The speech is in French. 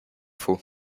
faux